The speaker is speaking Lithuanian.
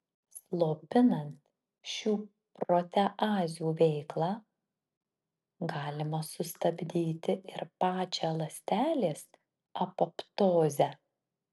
slopinant šių proteazių veiklą galima sustabdyti ir pačią ląstelės apoptozę